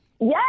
Yes